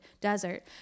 desert